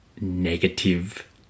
negative